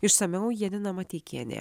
išsamiau janina mateikienė